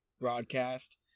broadcast